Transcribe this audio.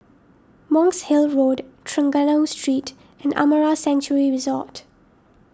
Monk's Hill Road Trengganu Street and Amara Sanctuary Resort